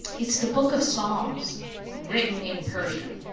it's the book of psalms written in persian.